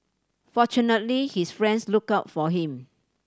fortunately his friends looked out for him